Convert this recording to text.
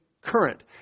current